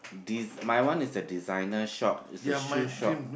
des~ my one is a designer shop is a shoe shop